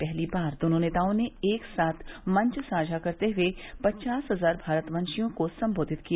पहली बार दोनों नेताओं ने एक साथ मंच साझा करते हुए पचास हजार भारतवंशियों को सम्बोधित किया